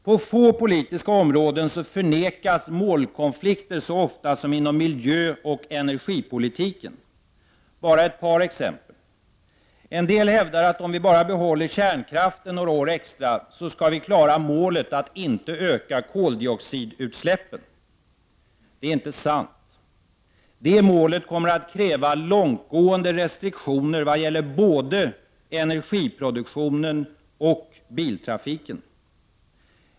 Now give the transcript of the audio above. På få politiska områden förnekas målkonflikter så ofta som inom miljöoch energipolitiken. Bara ett par exempel. En del hävdar att om vi bara behåller kärnkraften några år extra så skall vi klara målet att inte öka koldioxidutsläppen. Det är inte sant. Det målet kommer att kräva långtgående restriktioner vad gäller både energiproduktionen och biltrafiken.